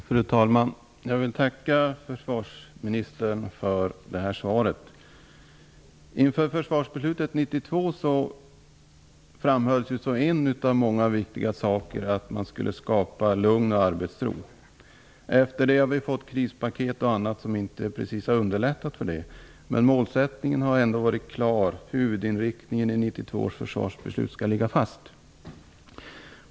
Fru talman! Jag vill tacka försvarsministern för svaret. Inför försvarsbeslutet 1992 framhölls som en av många viktiga saker att man skulle skapa lugn och arbetsro. Efter det har vi fått krispaket och annat som inte precis har underlättat. Målsättningen har ändå varit klar. Huvudinriktningen i 1992 års försvarsbeslut skall ligga fast.